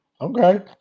Okay